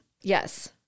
Yes